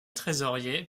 trésorier